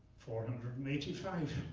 four hundred and eighty five.